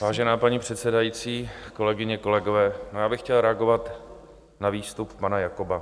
Vážená paní předsedající, kolegyně, kolegové, chtěl bych reagovat na výstup pana Jakoba.